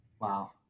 wow